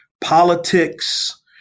politics